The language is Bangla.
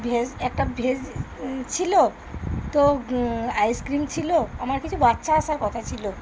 ভেজ একটা ভেজ ছিল তো আইসক্রিম ছিল আমার কিছু বাচ্চা আসার কথা ছিল